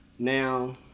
Now